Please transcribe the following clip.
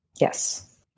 Yes